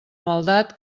maldat